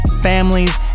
families